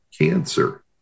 cancer